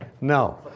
No